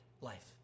life